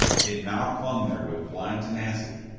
it now clung there with blind tenacity,